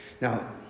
Now